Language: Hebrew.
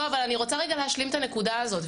אני רוצה רגע להשלים את הנקודה הזאת,